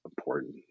important